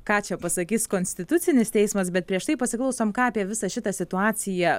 ką čia pasakys konstitucinis teismas bet prieš tai pasiklausom ką apie visą šitą situaciją